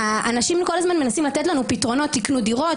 אנשים כל הזמן מנסים לתת לנו פתרונות: תקנו דירות,